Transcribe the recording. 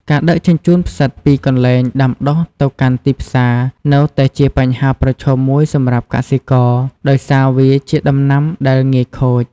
ការដឹកជញ្ជូនផ្សិតពីកន្លែងដាំដុះទៅកាន់ទីផ្សារនៅតែជាបញ្ហាប្រឈមមួយសម្រាប់កសិករ ដោយសារវាជាដំណាំដែលងាយខូច។